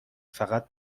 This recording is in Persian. فقط